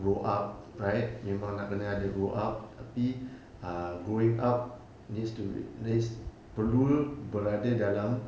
grow up right memang nak kena ada grow up tapi uh growing up needs to needs perlu berada dalam